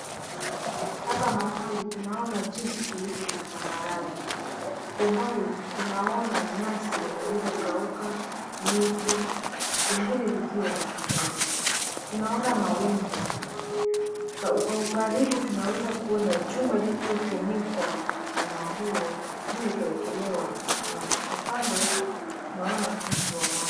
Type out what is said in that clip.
Hapa mahali tunaona jinsi kulipo patambarare. Kwa umbali tunaona nyasi zilizokauka, miti, zingine zikiwa za kijani. Tunaona mawingu. Kwa ukaribu tunaweza kuona jumba lililofunikwa na manguo juu ikaekelewa nyasi. Kwa ukando tunaona mtungi wa maji.